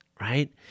right